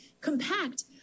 compact